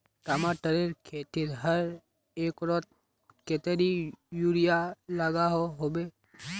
टमाटरेर खेतीत हर एकड़ोत कतेरी यूरिया लागोहो होबे?